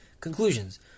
conclusions